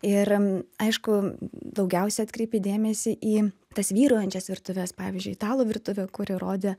ir aišku daugiausia atkreipi dėmesį į tas vyraujančias virtuves pavyzdžiui italų virtuvė kuri rodė